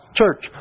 church